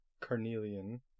carnelian